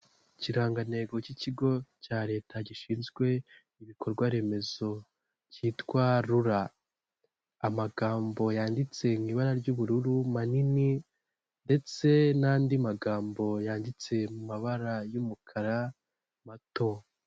Ikiranga ntego cy'ikigo cya leta gishinzwe ibikorwa remezo cyitwa rura, amagambo yanditse m’ibara ry'ubururu manini ndetse n'andi magambo yanditse mu mabara y'umukara mato.